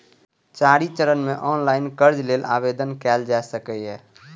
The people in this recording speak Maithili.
चारि चरण मे ऑनलाइन कर्ज लेल आवेदन कैल जा सकैए